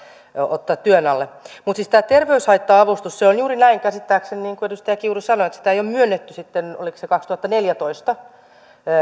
ottaa työn alle mutta sitten tämä terveyshaitta avustus se on käsittääkseni juuri näin niin kuin edustaja kiuru sanoi että sitä ei ole myönnetty sitten oliko se kaksituhattaneljätoista jälkeen